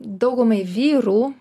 daugumai vyrų